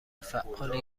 فعال